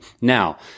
Now